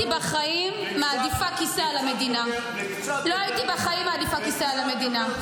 בחיים לא הייתי מעדיפה כיסא על המדינה.